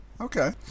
Okay